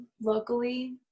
locally